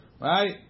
right